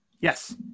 Yes